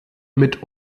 mit